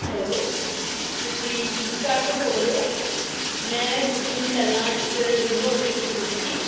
hello ਤੁਸੀਂ Flipkart ਤੋਂ ਬੋਲ ਰਹੇ ਹੋ ਮੈਂ ਕੁਛ ਦਿਨ ਪਹਿਲਾਂ ਇੱਕ ਰਿੰਗ ਔਡਰ ਕੀਤੀ ਸੀਗੀ